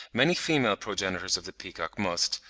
many female progenitors of the peacock must,